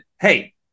hey –